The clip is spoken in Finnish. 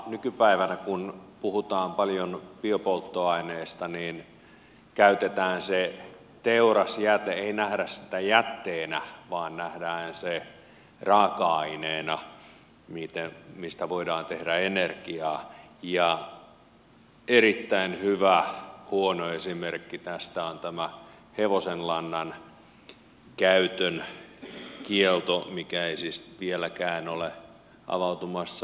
nykypäivänä kun puhutaan paljon biopolttoaineesta niin käytetään se teurasjäte ei nähdä sitä jätteenä vaan nähdään se raaka aineena mistä voidaan tehdä energiaa ja erittäin hyvä huono esimerkki tästä on tämä hevosenlannan käytön kielto mikä ei siis vieläkään ole avautumassa